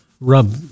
rub